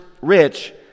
rich